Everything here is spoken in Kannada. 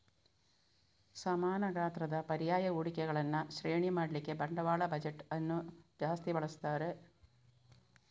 ಸಮಾನ ಗಾತ್ರದ ಪರ್ಯಾಯ ಹೂಡಿಕೆಗಳನ್ನ ಶ್ರೇಣಿ ಮಾಡ್ಲಿಕ್ಕೆ ಬಂಡವಾಳ ಬಜೆಟ್ ಅನ್ನು ಜಾಸ್ತಿ ಬಳಸ್ತಾರೆ